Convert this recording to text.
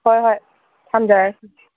ꯍꯣꯏ ꯍꯣꯏ ꯊꯝꯖꯔꯒꯦ